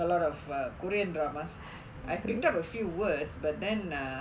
a lot of korean dramas I picked up a few words but then err